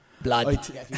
Blood